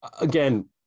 again